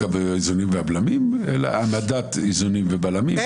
איזונים ובלמים אלא העמדת איזונים ובלמים,